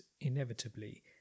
inevitably